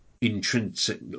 intrinsic